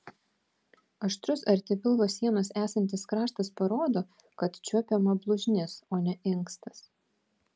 aštrus arti pilvo sienos esantis kraštas parodo kad čiuopiama blužnis o ne inkstas